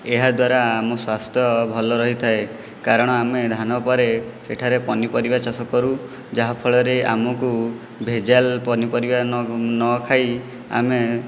ଏହା ଦ୍ୱାରା ଆମ ସ୍ଵାସ୍ଥ୍ୟ ଭଲ ରହିଥାଏ କାରଣ ଆମେ ଧାନ ପରେ ସେଠାରେ ପନିପରିବା ଚାଷ କରୁ ଯାହା ଫଳରେ ଆମକୁ ଭେଜାଲ ପନିପରିବା ନ ନଖାଇ ଆମେ